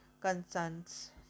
concerns